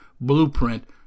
blueprint